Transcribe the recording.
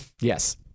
Yes